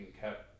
kept